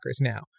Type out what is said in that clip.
now